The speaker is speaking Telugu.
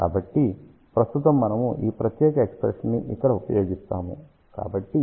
కానీ ప్రస్తుతం మనము ఈ ప్రత్యేక ఎక్ష్ప్రెషన్ ని ఇక్కడ ఉపయోగిస్తాము